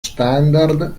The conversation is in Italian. standard